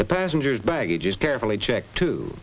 the passenger's baggage is carefully checked to